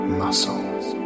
muscles